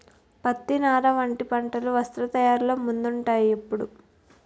పత్తి, నార వంటి పంటలు వస్త్ర తయారీలో ముందుంటాయ్ రా ఎప్పుడూ